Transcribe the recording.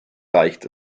reicht